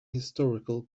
historical